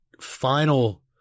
final